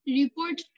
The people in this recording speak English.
report